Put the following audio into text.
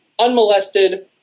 unmolested